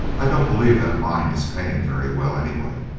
i don't believe that mine is paying very well, anyway.